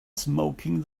smoking